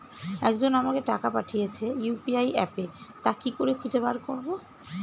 একজন আমাকে টাকা পাঠিয়েছে ইউ.পি.আই অ্যাপে তা কি করে খুঁজে বার করব?